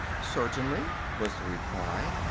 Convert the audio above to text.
certainly, was the reply.